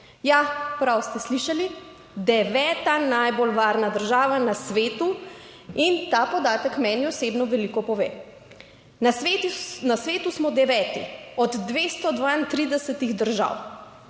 Ja, prav ste slišali, deveta najbolj varna država na svetu. In ta podatek meni osebno veliko pove. Na svetu smo deveti od 232 držav.